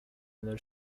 inter